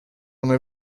una